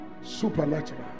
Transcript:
supernatural